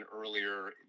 earlier